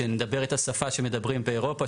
שמדבר את השפה שמדברים באירופה.